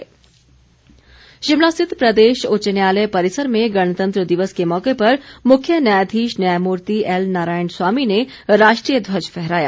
अन्य समारोह शिमला स्थित प्रदेश उच्च न्यायालय परिसर में गणतंत्र दिवस के मौके पर मुख्य न्यायाधीश न्यायमूर्ति एल नारायण स्वामी ने राष्ट्रीय ध्वज फहराया